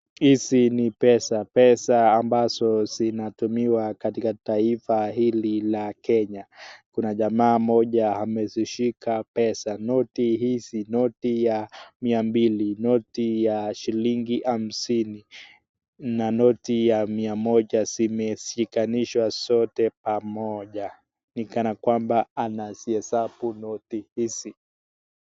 Hizi ni pesa, pesa ambazo zinatumiwa katika taifa hili la Kenya, kuna jamaa mmoja amezishika pesa, noti hizi, noti ya mia mbili, noti ya shilingi hamsini, na noti ya mia moja zimeshikanishwa zote pamoja. NI kana kwamba anazihesabu noti hizi.